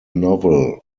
novel